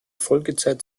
folgezeit